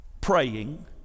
praying